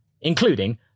including